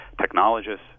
technologists